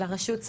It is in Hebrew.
לרשות,